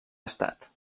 estat